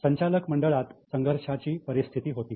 संचालक मंडळात संघर्षाची परिस्थिती होती